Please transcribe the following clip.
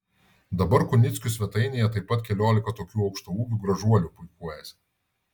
dabar kunickių svetainėje taip pat keliolika tokių aukštaūgių gražuolių puikuojasi